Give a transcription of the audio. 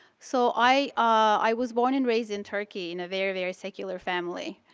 so, i was born and raised in turkey in a very, very secular family.